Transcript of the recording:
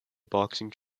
boxing